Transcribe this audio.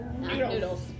Noodles